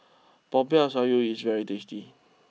Popiah Sayur is very tasty